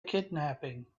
kidnapping